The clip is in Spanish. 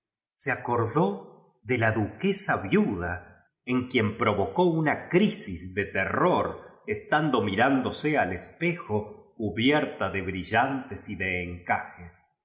se acordó de la duquesa viuda en quien provocó una crisis de terror estando mirán dole al espejo cubierta de brillantes y de